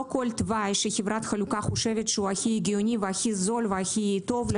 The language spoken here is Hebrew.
לא כל תוואי שחברת חלוקה חושבת שהוא הכי הגיוני וזול והכי טוב,